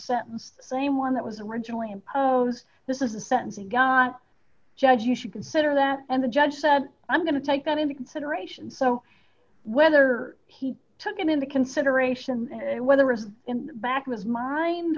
sentence the same one that was originally imposed this is a sentencing judge you should consider that and the judge said i'm going to take that into consideration so whether he took it into consideration whether it's in the back of his mind